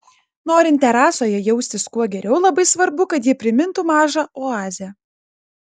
norint terasoje jaustis kuo geriau labai svarbu kad ji primintų mažą oazę